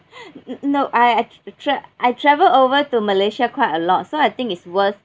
mm no I tra~ I travel over to malaysia quite a lot so I think is worth